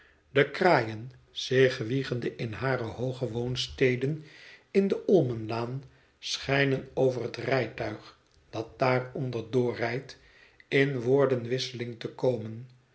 de kraaien zich wiegende in hare hooge woonsteden in de olmenlaan schijnen over het rijtuig dat daaronder doorrijdt in woordenwisseling te komen